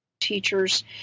teachers